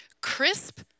crisp